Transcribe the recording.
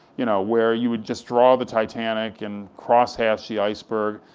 you know where you would just draw the titanic, and cross-hatch the iceberg,